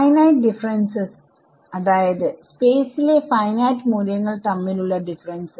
finite differences അതായത് space ലെ finite മൂല്യങ്ങൾ തമ്മിലുള്ള ഡിഫറെൻസസ്